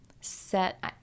set